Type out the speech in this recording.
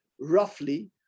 roughly